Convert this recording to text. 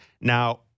Now